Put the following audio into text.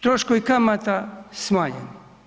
Troškovi kamata smanjeni.